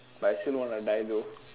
but I still want to die though